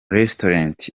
restaurant